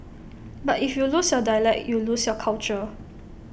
but if you lose your dialect you lose your culture